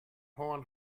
horn